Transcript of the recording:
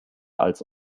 als